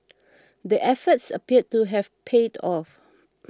the efforts appear to have paid off